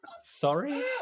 Sorry